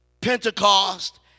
Pentecost